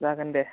जागोन दे